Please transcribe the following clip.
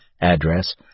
address